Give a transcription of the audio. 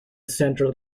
central